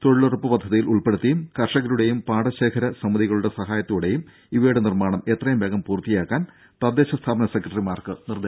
തൊഴിലുറപ്പ് പദ്ധതിയിൽ ഉൾപ്പെടുത്തിയും കർഷകരുടേയും പാടശേഖര സമിതിയുടെ സഹായത്തോടെയും ഇവയുടെ നിർമ്മാണം എത്രയും വേഗം പൂർത്തിയാക്കാൻ തദ്ദേശ സ്ഥാപന സെക്രട്ടറിമാർക്ക് നിർദേശം നൽകി